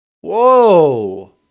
Whoa